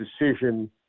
decision